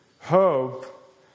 hope